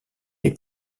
est